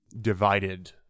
divided